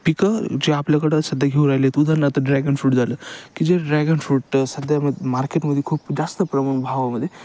पिकं जे आपल्याकडं सध्या घेऊ राहिले आहेत उदाहरणार्थ ड्रॅगन फ्रूट झालं की जे ड्रॅगन फ्रूट सध्या म मार्केटमध्ये खूप जास्त प्रमाण भावामध्ये